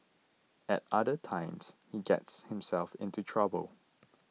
at other times he gets himself into trouble